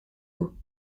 haut